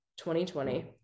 2020